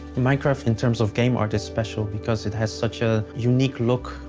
minecraft, in terms of game art, is special because it has such a unique look.